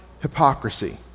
hypocrisy